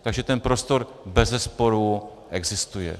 Takže ten prostor bezesporu existuje.